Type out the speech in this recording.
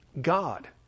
God